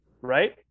right